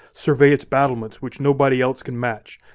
survey its battlements, which nobody else can match.